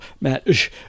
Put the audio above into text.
Matt